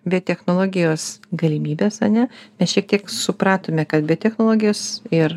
biotechnologijos galimybes ane mes šiek tiek supratome kad biotechnologijos ir